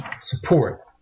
support